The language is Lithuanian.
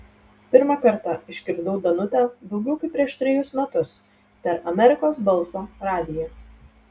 pirmą kartą išgirdau danutę daugiau kaip prieš trejus metus per amerikos balso radiją